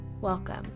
Welcome